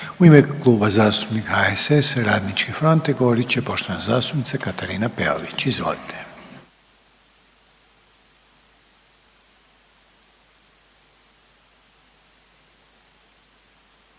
U ime Kluba zastupnika HSS-a i Radničke fronte govorit će poštovana zastupnica Katarina Peović, izvolite.